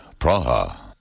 Praha